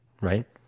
right